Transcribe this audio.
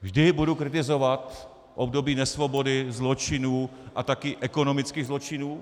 Vždy budu kritizovat období nesvobody, zločinů, a taky ekonomických zločinů.